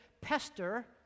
pester